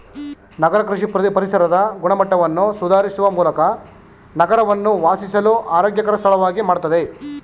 ನಗರ ಕೃಷಿ ಪರಿಸರದ ಗುಣಮಟ್ಟವನ್ನು ಸುಧಾರಿಸುವ ಮೂಲಕ ನಗರವನ್ನು ವಾಸಿಸಲು ಆರೋಗ್ಯಕರ ಸ್ಥಳವಾಗಿ ಮಾಡ್ತದೆ